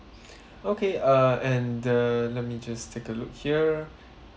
okay uh and uh let me just take a look here